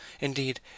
Indeed